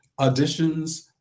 auditions